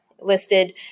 listed